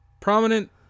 prominent